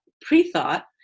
pre-thought